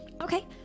Okay